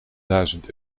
duizend